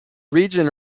region